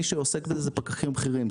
מי שעוסק בזה זה פקחים בכירים,